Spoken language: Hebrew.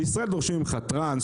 בישראל דורשים ממך טראנס,